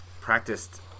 practiced